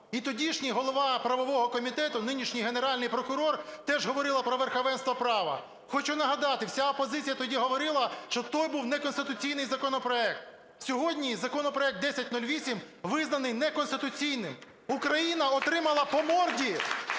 І тодішній голова правового комітету, нинішній Генеральний прокурор, теж говорила про верховенство права. Хочу нагадати, вся опозиція тоді говорила, що той був неконституційний законопроект. Сьогодні законопроект 1008 визнаний неконституційним. Україна отримала "по морді"